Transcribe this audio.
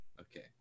okay